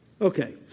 Okay